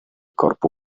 corpo